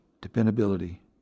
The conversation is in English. dependability